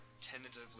tentatively